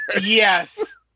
Yes